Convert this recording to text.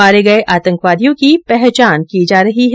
मारे गए आतंकवादियों की पहचान की जा रही है